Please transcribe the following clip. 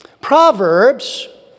Proverbs